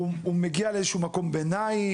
הוא מגיע לאיזשהו מקום ביניים?